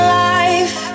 life